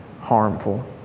harmful